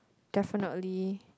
definitely